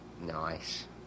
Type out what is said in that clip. Nice